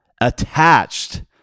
attached